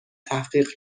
تحقیق